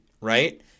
right